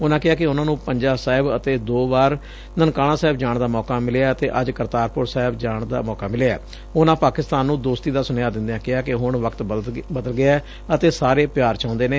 ਉਨੂਾ ਕਿਹਾ ਕਿ ਉਨੂਾ ਨੂੰ ਪੰਜਾ ਸਾਹਿਬ ਅਤੇ ਦੋ ਵਾਰ ਨਨਕਾਣਾ ਸਾਹਿਬ ਜਾਣ ਦਾ ਮੌਕਾ ਮਿਲਿਐ ਤੇ ਅੱਜ ਕਰਤਾਰਪੁਰ ਸਾਹਿਬ ਜਾਣ ਦਾ ਮੌਕਾ ਮਿਲਿਐ ਉਨੂਾ ਪਾਕਿਸਤਾਨ ਨੂੰ ਦੋਸਤੀ ਦਾ ਸੁਨੇਹਾ ਦਿੰਦਿਆਂ ਕਿਹਾ ਕਿ ਹੁਣ ਵਕਤ ਬਦਲ ਗਿਐ ਤੇ ਸਾਰੇ ਪਿਆਰ ਚਾਹੁੰਦੇ ਨੇ